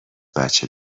بچه